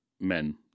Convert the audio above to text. men